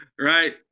Right